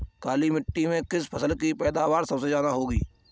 काली मिट्टी में किस फसल की पैदावार सबसे ज्यादा होगी?